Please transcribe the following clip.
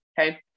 okay